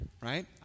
right